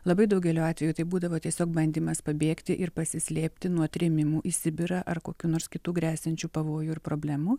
labai daugeliu atvejų tai būdavo tiesiog bandymas pabėgti ir pasislėpti nuo trėmimų į sibirą ar kokių nors kitų gresiančių pavojų ir problemų